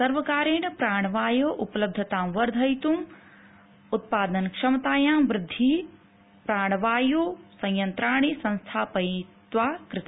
सर्वकारेण प्राणवायोः उपलब्धतां वर्धयितुं उत्पादन क्षमतायां वृद्धिः ऑक्सीजन संयंत्राणि संस्थापयित्वा कृता